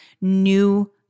new